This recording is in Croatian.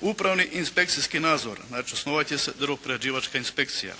Upravni i inspekcijski nadzor. Znači osnovat će se drvoprerađivačka inspekcija.